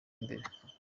imbere